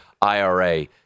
IRA